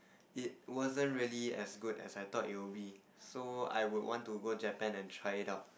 it wasn't really as good as I thought it would be so I would want to go Japan and try it out